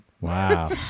Wow